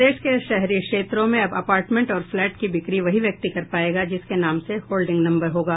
प्रदेश के शहरी क्षेत्रों में अब अपार्टमेंट और फ्लैट की बिक्री वही व्यक्ति कर पायेगा जिसके नाम से होल्डिंग नम्बर होगा